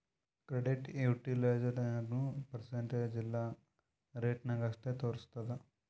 credit utilized ಯಾಗ್ನೂ percentage ಇಲ್ಲಾ ರೇಟ ನಾಗ್ ಅಷ್ಟೇ ತೋರುಸ್ತುದ್